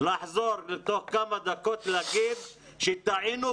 ולחזור תוך כמה דקות ולומר שטעיתם,